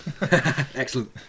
Excellent